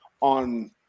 on